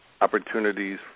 opportunities